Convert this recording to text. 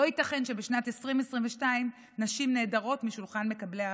לא ייתכן שבשנת 2022 נשים נעדרות משולחן מקבלי ההחלטות.